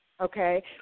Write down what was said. Okay